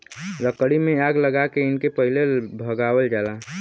लकड़ी में आग लगा के इनके पहिले भगावल जाला